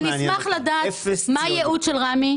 אני אשמח לדעת מה הייעוד של רמ"י,